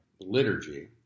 liturgy